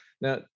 Now